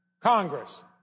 congress